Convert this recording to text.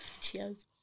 Cheers